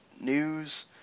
news